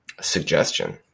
suggestion